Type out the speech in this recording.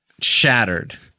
shattered